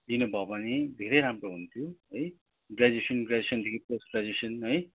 लिनुभयो भने धेरै राम्रो हुन्थ्यो है ग्र्याजुएसन ग्र्याजुएसनदेखि पोस्ट ग्र्याजुएसन है